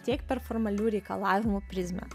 tiek per formalių reikalavimų prizmę